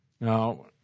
Now